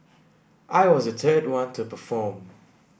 I was the third one to perform